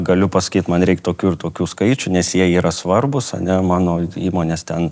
galiu pasakyt man reik tokių ir tokių skaičių nes jie yra svarbūs ane mano įmonės ten